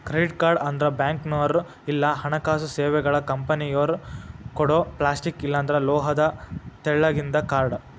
credit card ಅಂದ್ರ ಬ್ಯಾಂಕ್ನೋರ್ ಇಲ್ಲಾ ಹಣಕಾಸು ಸೇವೆಗಳ ಕಂಪನಿಯೊರ ಕೊಡೊ ಪ್ಲಾಸ್ಟಿಕ್ ಇಲ್ಲಾಂದ್ರ ಲೋಹದ ತೆಳ್ಳಗಿಂದ ಕಾರ್ಡ್